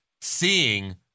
seeing